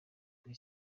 kuri